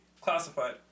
Classified